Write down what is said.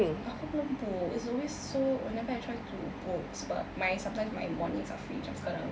aku belum book it's always so whenever I try to book sebab my sometimes my mornings are free macam sekarang ni